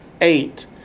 eight